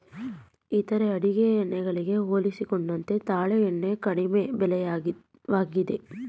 ಇತರ ಅಡುಗೆ ಎಣ್ಣೆ ಗಳಿಗೆ ಹೋಲಿಸಿಕೊಂಡರೆ ತಾಳೆ ಎಣ್ಣೆ ಕಡಿಮೆ ಬೆಲೆಯದ್ದಾಗಿದೆ